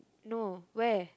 no where